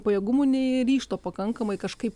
pajėgumų nei ryžto pakankamai kažkaip